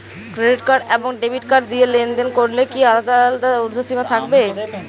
Credit card এবং debit card দিয়ে লেনদেন করলে কি আলাদা আলাদা ঊর্ধ্বসীমা থাকবে?